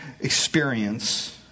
experience